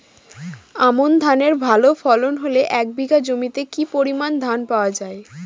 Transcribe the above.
আমন ধানের ভালো ফলন হলে এক বিঘা জমিতে কি পরিমান ধান পাওয়া যায়?